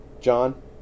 John